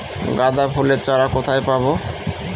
গাঁদা ফুলের চারা কোথায় পাবো?